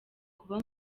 kuba